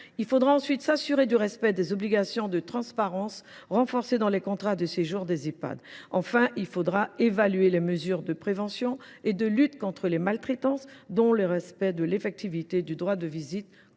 Il faudra ensuite s’assurer du respect des obligations de transparence renforcées dans les contrats de séjour des Ehpad. Enfin, nous devrons évaluer les mesures de prévention et de lutte contre les maltraitances, dont le respect de l’effectivité du droit de visite